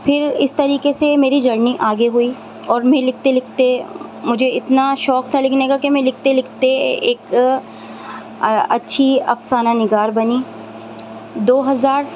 پھر اس طریقے سے میری جرنی آگے ہوئی اور میں لکھتے لکھتے مجھے اتنا شوق تھا لیکن یہ کر کے میں لکھتے لکھتے ایک اچّھی افسانہ نگار بنی دو ہزار